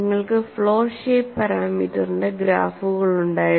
നിങ്ങൾക്ക് flow shape പാരാമീറ്ററിന്റെ ഗ്രാഫുകൾ ഉണ്ടായിരുന്നു